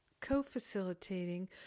co-facilitating